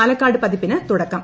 പാലക്കാട് പതിപ്പിന് തുടക്കം